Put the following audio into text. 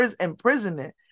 imprisonment